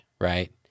right